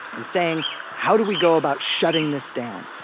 and saying how do we go about shutting this down,